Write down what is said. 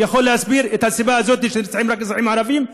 יכול להסביר את הסיבה הזאת שנרצחים רק אזרחים ערבים?